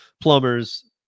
plumbers